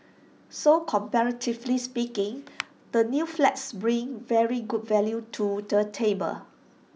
so comparatively speaking the new flats bring very good value to the table